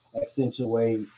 accentuate